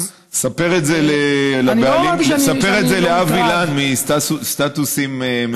ספר את זה לאבי לן מ"סטטוסים מצייצים".